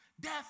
Death